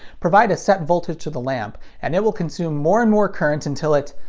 provide a set voltage to the lamp, and it will consume more and more current until it,